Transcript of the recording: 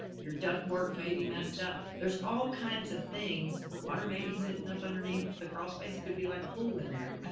your duct work maybe messed up. there's all kinds of things. water may be sitting up underneath the crawl space. it could be like a pool in there.